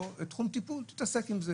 או תחום טיפול שבו הוא יתעסק.